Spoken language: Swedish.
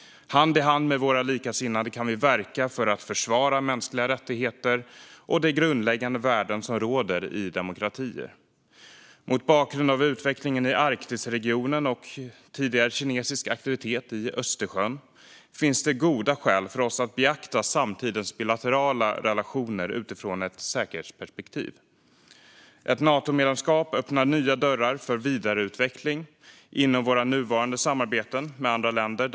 Hand i hand med våra likasinnade kan vi verka för att försvara mänskliga rättigheter och de grundläggande värden som råder i demokratier. Mot bakgrund av utvecklingen i Arktisregionen och tidigare kinesisk aktivitet i Östersjön finns det goda skäl för oss att beakta samtidens bilaterala relationer utifrån ett säkerhetsperspektiv. Ett Natomedlemskap öppnar nya dörrar för vidareutveckling inom våra nuvarande samarbeten med andra länder.